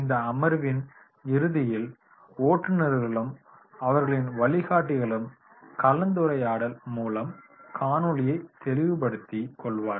இந்த அமர்வின் இறுதியில் ஓட்டுநர்களும் அவர்களின் வழிகாட்டிகளும் கலந்துரையாடல் மூலம் காணொளியை தெளிவுபடுத்தி கொள்வார்கள்